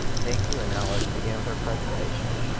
thank you and now let's begin with our presentation.